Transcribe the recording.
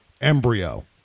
embryo